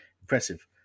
Impressive